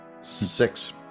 Six